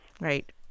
Right